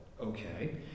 okay